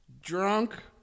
Drunk